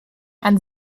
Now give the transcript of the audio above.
ein